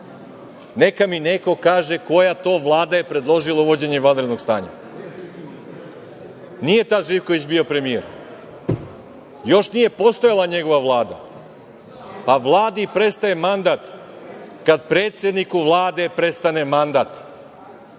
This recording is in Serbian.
Neka mi neko kaže koja to Vlada je predložila uvođenje vanrednog stanja? Nije tad Živković bio premijer, još nije postojala njegova Vlada, pa Vladi prestaje mandat kada predsedniku Vlade prestane mandat,